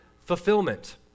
fulfillment